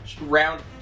round